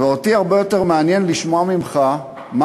ואותי הרבה יותר מעניין לשמוע ממך מה